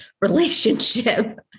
relationship